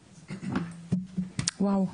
וואוו,